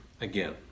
again